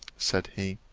said he.